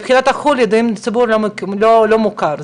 ידועים בציבור לא מוכרים בחו"ל,